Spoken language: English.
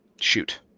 Shoot